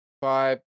five